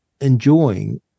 enjoying